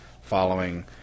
following